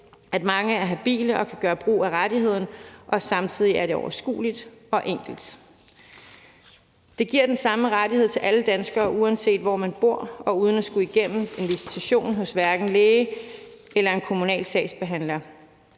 at mange er habile og kan gøre brug af rettigheden, og samtidig er det overskueligt og enkelt. Det giver den samme rettighed til alle danskere, uanset hvor man bor, og uden at man skal igennem en visitation hos hverken læge eller en kommunal sagsbehandler.